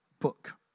book